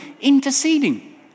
interceding